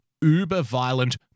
uber-violent